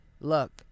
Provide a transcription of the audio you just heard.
Look